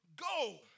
go